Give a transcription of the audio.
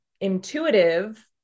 intuitive